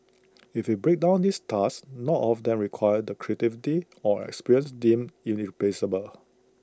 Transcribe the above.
if we break down these tasks not all of them require the creativity or experience deemed irreplaceable